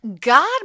God